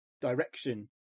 direction